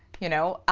you know,